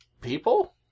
people